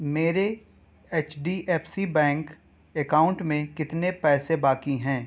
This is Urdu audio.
میرے H D F C bank account میں کتنے پیسے باقی ہیں